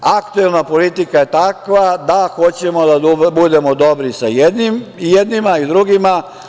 Aktuelna politika je takva da hoćemo da budemo dobri sa jednima i drugima.